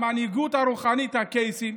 המנהיגות הרוחנית, הקייסים,